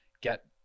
get